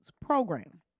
program